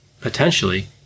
potentially